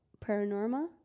Paranormal